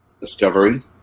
Discovery